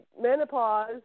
menopause